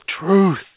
truth